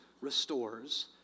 restores